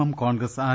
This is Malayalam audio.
M Congress R